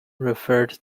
referred